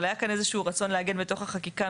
אבל היה כאן איזשהו רצון לעגן בתוך החקיקה